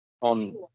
on